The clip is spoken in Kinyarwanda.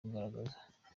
kugaragaza